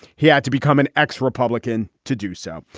he had to become an ex republican to do so.